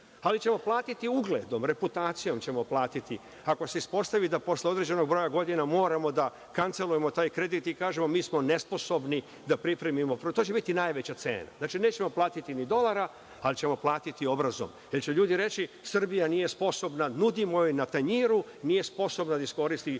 ali ćemo platiti ugledom, reputacijom ćemo platiti, ako se ispostavi da posle određenog broja godina moramo da kancelujemo taj kredit i kažemo – mi smo nesposobni da pripremimo, to će biti najveća cena. Znači, nećemo platiti ni dolara, ali ćemo platiti obrazom, jer će ljudi reći – Srbija nije sposobna, nudimo joj na tanjiru, nije sposobna da iskoristi